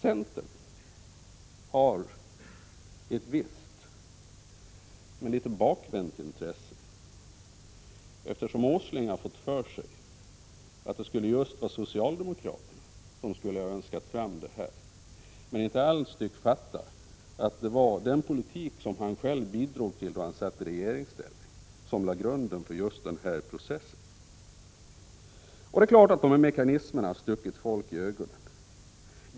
Centern har ett visst men litet bakvänt intresse, eftersom Nils Åsling har fått för sig att just socialdemokraterna skulle ha önskat denna utveckling men inte alls tycks fatta att det var den politik som han själv var med om att föra då han satt i regeringsställning som lade grunden till den här processen. Det är klart att de här mekanismerna har stuckit folk i ögonen.